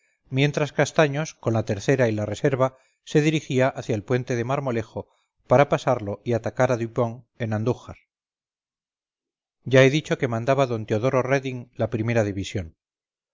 mientras castaños con la tercera y la reserva se dirigía hacia el puente de marmolejo para pasarlo y atacar a dupont en andújar ya he dicho que mandaba d teodoro reding la primera división